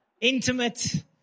Intimate